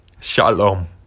Shalom